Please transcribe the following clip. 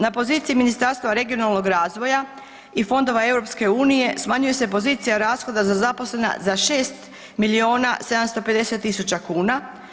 Na poziciji Ministarstva regionalnog razvoja i Fondova EU smanjuje se pozicija rashoda za zaposlene za 6 milijuna 750 tisuća kuna.